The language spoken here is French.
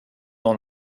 dans